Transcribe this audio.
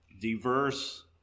diverse